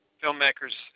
filmmakers